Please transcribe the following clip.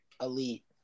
elite